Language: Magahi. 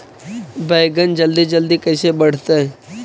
बैगन जल्दी जल्दी कैसे बढ़तै?